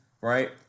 right